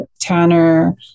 tanner